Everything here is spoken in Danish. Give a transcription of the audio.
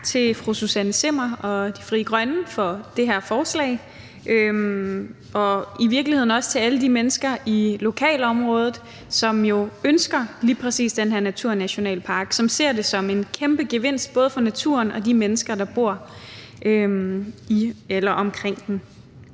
tak til fru Susanne Zimmer og Frie Grønne for det her forslag, og i virkeligheden også til alle de mennesker i lokalområdet, som jo ønsker lige præcis den her naturnationalpark, og som ser det som en kæmpe gevinst, både for naturen og de mennesker, der bor i eller omkring den.